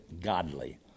godly